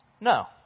No